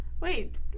wait